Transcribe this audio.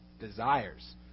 desires